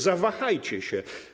Zawahajcie się.